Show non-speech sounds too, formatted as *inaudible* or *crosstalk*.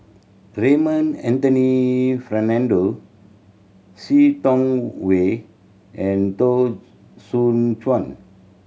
Raymond Anthony Fernando See Tiong Wah and Teo *unintelligible* Soon Chuan